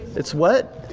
it's what?